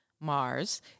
Mars